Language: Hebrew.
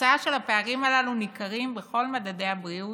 התוצאה של הפערים הללו ניכרת בכל מדדי הבריאות,